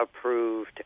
approved